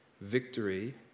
Victory